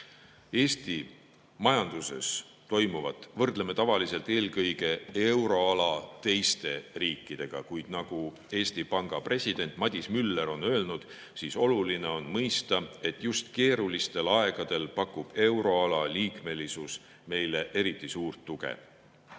Eesti majanduses toimuvat võrdleme tavaliselt eelkõige euroala teiste riikidega, kuid nagu Eesti Panga president Madis Müller on öelnud, siis oluline on mõista, et just keerulistel aegadel pakub euroala liikmesus meile eriti suurt tuge.